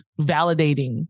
validating